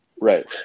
Right